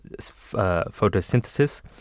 photosynthesis